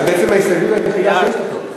אז זו בעצם ההסתייגות היחידה שיש לך.